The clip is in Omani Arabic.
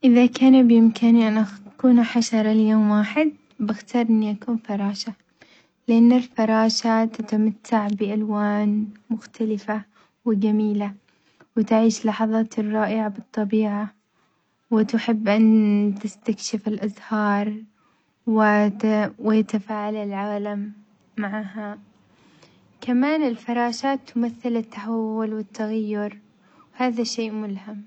إذا كان بإمكاني أن أخ أكون حشرة ليوم واحد بختار إني أكون فراشة لأن الفراشات تتمتع بألوان مختلفة وجميلة وتعيش لحظات رائعة بالطبيعة وتحب أن تستكشف الأزهار وت ويتفاعل العالم معها، كمان الفراشات تمثل التحول والتغير وهذا شيء ملهم.